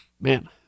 Man